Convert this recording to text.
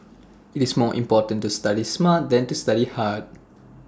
IT is more important to study smart than to study hard